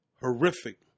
Horrific